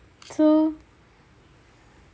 so